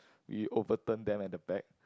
we overturn them at the back